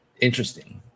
interesting